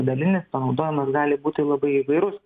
dalinis panaudojimas gali būti labai įvairus